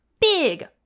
big